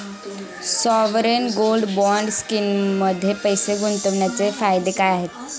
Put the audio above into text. Sovereign gold bond स्कीममध्ये पैसे गुंतवण्याचे फायदे काय आहेत?